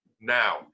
Now